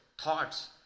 thoughts